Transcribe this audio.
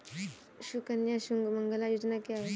सुकन्या सुमंगला योजना क्या है?